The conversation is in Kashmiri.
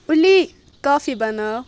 اُلی کافی بناو